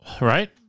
right